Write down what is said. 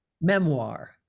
memoir